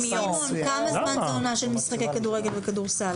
סימון, כמה זמן זה עונה של משחקי כדורסל וכדורגל?